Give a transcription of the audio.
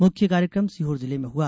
मुख्य कार्यक्रम सीहोर जिले में हुआ